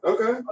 Okay